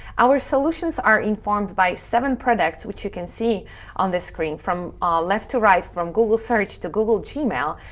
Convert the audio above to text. our solutions are informed by seven products, which you can see on this screen from left to right, from google search to google gmail,